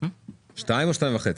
2 או 2.5?